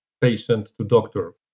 patient-to-doctor